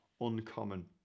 uncommon